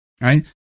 Right